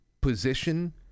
position